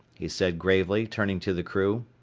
he said gravely, turning to the crew,